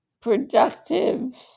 productive